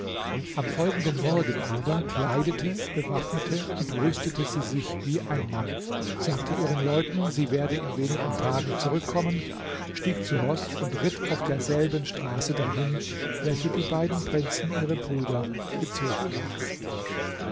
am folgenden morgen aber kleidete bewaffnete und rüstete sie sich wie ein mann sagte ihren leuten sie werde in wenigen tagen zurückkommen stieg zu roß und ritt auf derselben straße dahin welche die beiden prinzen ihre brüder gezogen waren